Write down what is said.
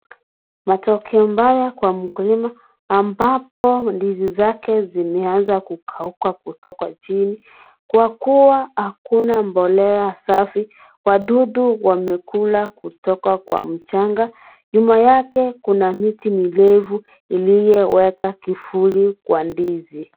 Matokeo mbaya kwa mkulima ambapo ndizi zake zimeanza kukauka kutoka chini kwa kuwa hakuna mbolea safi wadudu wamekula kutoka kwa mchanga nyuma yake kuna miti mirefu iliyoweka kivuli kwa ndizi.